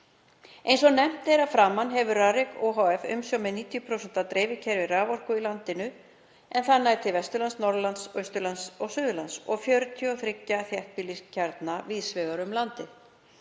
Eins og nefnt er að framan hefur Rarik ohf. umsjón með 90% af dreifikerfi raforku í landinu, en það nær til Vesturlands, Norðurlands, Austurlands og Suðurlands og 43 þéttbýliskjarna víðs vegar um landið.